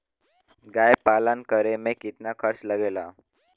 गाय पालन करे में कितना खर्चा लगेला?